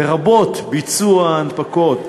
לרבות ביצוע ההנפקות,